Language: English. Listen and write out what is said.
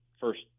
first